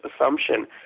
assumption